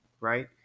right